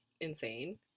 insane